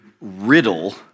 riddle